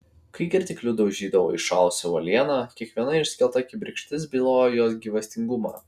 kai kirtikliu daužydavo įšalusią uolieną kiekviena išskelta kibirkštis bylojo jos gyvastingumą